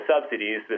subsidies